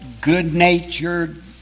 good-natured